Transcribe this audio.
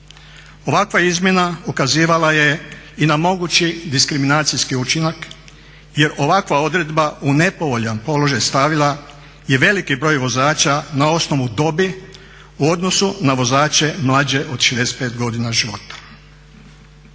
Ovakva izmjena ukazivala je i na mogući diskriminacijski učinak jer ovakva odredba u nepovoljan položaj stavila je veliki broj vozača na osnovu dobi u odnosu na vozače mlađe od 65 godina života.